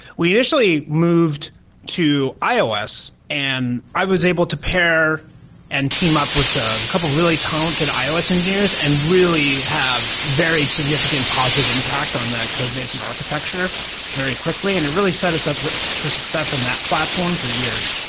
we initially moved to ios, and i was able to pair and team up with a couple of really talented ios engineers and really have very significant positive impact on that codebase and architecture very quickly and it really set us up for success on that platform for years.